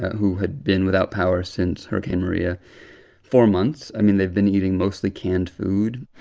who had been without power since hurricane maria four months. i mean, they've been eating mostly canned food.